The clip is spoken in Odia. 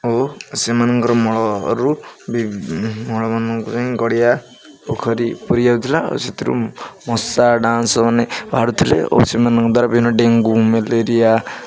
ଓ ସେମାନଙ୍କର ମଳରୁ ବି ମଳ ମାନଙ୍କ ପାଇଁ ଗଡ଼ିଆ ପୋଖରୀ ପରି ଯାଉଥିଲା ଆଉ ସେଥିରୁ ମଶା ଡାଁସ ମାନେ ବାହାରୁୁଥିଲେ ଓ ସେମାନଙ୍କ ଦ୍ୱାରା ବିଭିନ୍ନ ଡେଙ୍ଗୁ ମ୍ୟାଲେରିଆ